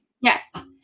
Yes